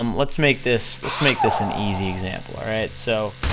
um let's make this, let's make this an easy example, alright? so,